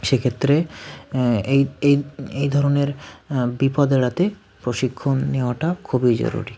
সে ক্ষেত্রে এই এই এই ধরনের বিপদে এড়াতে প্রশিক্ষণ নেওয়াটা খুবই জরুরি